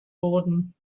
wurden